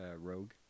Rogue